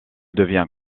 devient